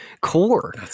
Core